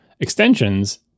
extensions